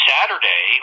Saturday